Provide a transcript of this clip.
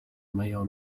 mejor